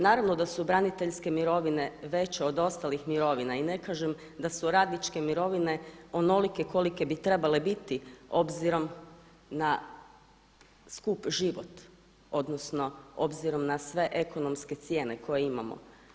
Naravno da su braniteljske mirovine veće od ostalih mirovina i ne kažem da su radničke mirovine onolike kolike bi trebale biti s obzirom na skup život odnosno s obzirom na sve ekonomske cijene koje imamo.